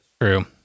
true